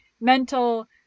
mental